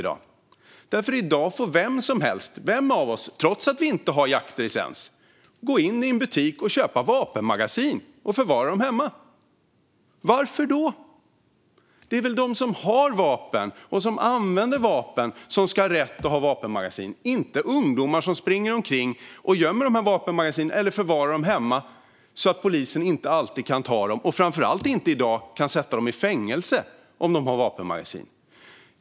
I dag får nämligen vem som helst av oss, trots att vi inte har jaktlicens, gå in i en butik och köpa vapenmagasin och förvara dem hemma. Varför då? Det är väl de som har vapen och som använder vapen som ska ha rätt att ha vapenmagasin, inte ungdomar som springer omkring och gömmer dessa magasin eller förvarar dem hemma så att polisen inte alltid kan ta dem och framför allt i dag inte kan sätta dem i fängelse om de har vapenmagasin.